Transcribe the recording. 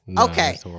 Okay